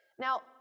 Now